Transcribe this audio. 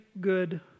good